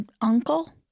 uncle